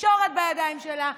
התקשורת בידיים שלה,